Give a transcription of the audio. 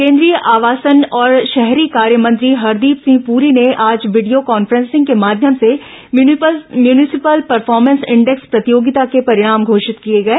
केंद्रीय आवासन और शहरी कार्य मंत्री हरदीप सिंह पूरी ने आज वीडियो कॉन्फ्रेंसिंग के माध्यम से म्यूनिसिपल परफॉर्मेंस इंडेक्स प्रतियोगिता के परिणाम घोषित किए गए